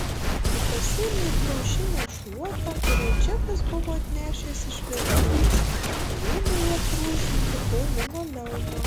ji pasiėmė plaušinę šluotą kurią džekas buvo atnešęs iš virtuvės ir ėmė ja brūžinti po linoleumą